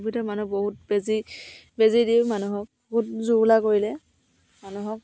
ক'ভিডে মানুহক বহুত বেজী দি মানুহক বহুত জুৰুলা কৰিলে মানুহক